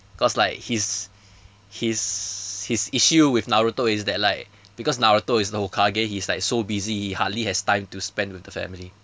cause like his his his issue with naruto is that like because naruto is the hokage he is like so busy he hardly has time to spend with the family